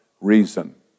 reason